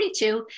42